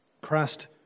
Christ